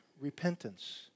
repentance